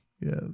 Yes